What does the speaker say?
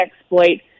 exploit